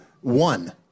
one